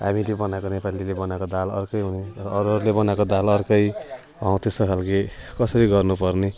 हामीले बनाएको नेपालीले बनाएको दाल अर्कै हुने तर अरूहरूले बनाएको दाल अर्कै हौ त्यस्तो खाले कसरी गर्नु पर्ने